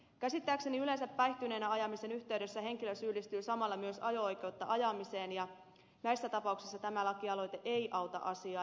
käsittääkseni yleensä päihtyneenä ajamisen yhteydessä henkilö syyllistyy samalla myös ajo oikeudetta ajamiseen ja näissä tapauksissa tämä lakialoite ei auta asiaa